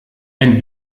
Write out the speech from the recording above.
ein